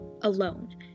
alone